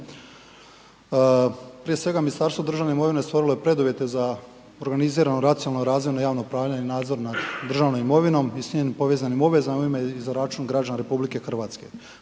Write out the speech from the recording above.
Prije svega Ministarstvo državne imovine stvorilo je preduvjete za organizirano racionalno razvojno javno upravljanje i nadzor nad državnom imovinom i s njenim povezanim obvezama u ime i za račun građana RH. Konkretno